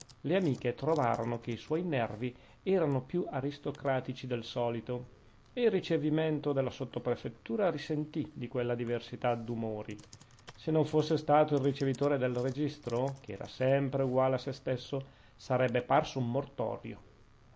le amiche trovarono che i suoi nervi erano più aristocratici del solito e il ricevimento della sottoprefettura risentì di quella diversità d'umori se non fosse stato il ricevitore del registro che era sempre uguale a sè stesso sarebbe parso un mortorio